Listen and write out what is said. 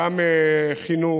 גם חינוך,